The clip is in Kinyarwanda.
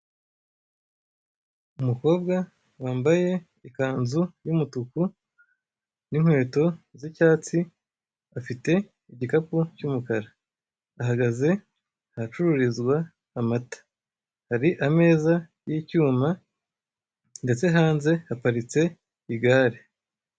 umukobwa wambaye ikanzu y'umutuku n'inkweto z'icyatsi afite igikapu cy'umukara, ahagaze ahacururizwa amata hari ameza y'icyuma ndetse hanze haparitse igare.